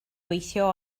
gweithio